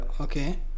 okay